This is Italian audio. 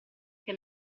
che